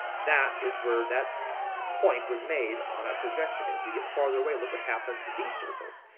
that is where that point was made on a projection. as we get farther away look what happens to these circles.